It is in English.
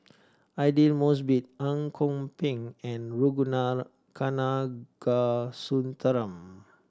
Aidli Mosbit Ang Kok Peng and Ragunathar Kanagasuntheram